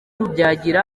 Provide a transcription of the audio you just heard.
rubyagira